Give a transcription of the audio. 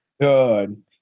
Good